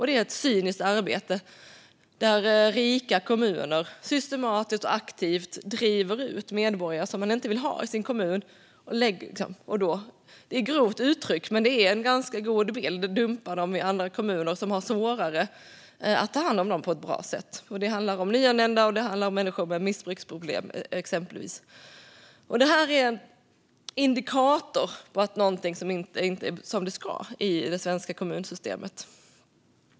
Det är ett cyniskt arbete där rika kommuner systematiskt och aktivt driver ut medborgare som de inte vill ha i sin kommun. De - det är grovt uttryckt, men det är en ganska god bild av det - dumpar dem i andra kommuner som har svårare att ta hand om dem på ett bra sätt. Det handlar exempelvis om nyanlända och om människor med missbruksproblem. Detta är en indikator på att någonting inte är som det ska i det svenska kommunsystemet.